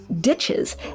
ditches